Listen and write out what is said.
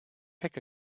pick